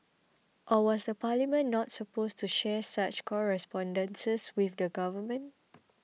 or was the Parliament not supposed to share such correspondences with the government